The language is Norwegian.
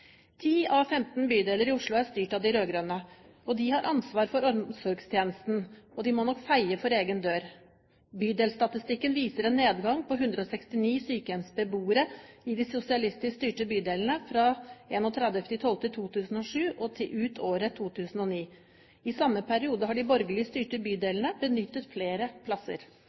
Ti av femten bydeler i Oslo er styrt av de rød-grønne. De har ansvar for omsorgstjenesten og må nok feie for egen dør. Bydelsstatistikken viser en nedgang på 169 sykehjemsbeboere i de sosialistisk styrte bydelene fra 31. desember 2007 og ut året 2009. I samme periode har de borgerlig styrte bydelene benyttet flere plasser.